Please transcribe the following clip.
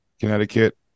Connecticut